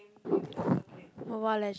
Mobile Legends